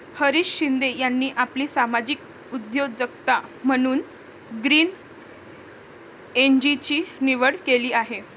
हरीश शिंदे यांनी आपली सामाजिक उद्योजकता म्हणून ग्रीन एनर्जीची निवड केली आहे